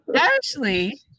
Ashley